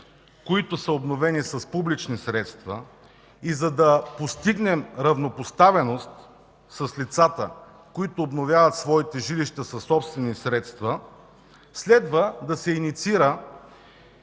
които са обновени с публични средства, и за да постигнем равнопоставеност с лицата, които обновяват своите жилища със собствени средства, следва да се инициира